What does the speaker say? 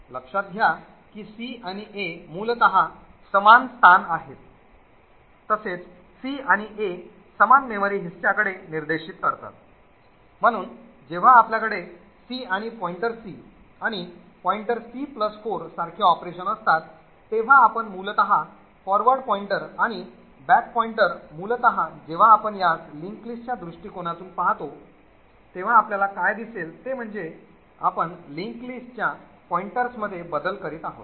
लक्षात घ्या की c आणि a मूलत समान स्थान आहेत तसेच c आणि a समान मेमरी हिस्साकडे निर्देशित करतात म्हणून जेव्हा आपल्याकडे c आणि c आणि c 4 सारखे ऑपरेशन असतात तेव्हा आपण मूलत forward pointer आणि back pointer मूलत जेव्हा आपण यास linked list च्या दृष्टीकोनातून पाहतो तेव्हा आपल्याला काय दिसेल ते म्हणजे आपण linked list च्या पॉइंटर्समध्ये बदल करीत आहोत